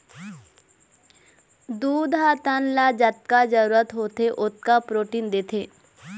दूद ह तन ल जतका जरूरत होथे ओतका प्रोटीन देथे